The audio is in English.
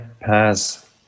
pass